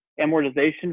amortization